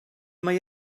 mae